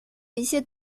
一些